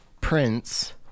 prince